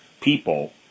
people